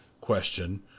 question